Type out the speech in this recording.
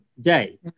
day